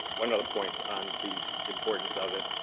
one other point on the importance of it.